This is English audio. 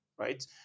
right